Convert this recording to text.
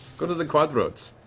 go to the quadroads.